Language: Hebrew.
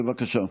בבקשה.